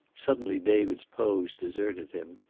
suddenly david's pose deserted him.